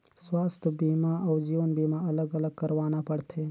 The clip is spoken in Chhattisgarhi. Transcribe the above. स्वास्थ बीमा अउ जीवन बीमा अलग अलग करवाना पड़थे?